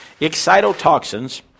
Excitotoxins